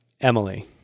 Emily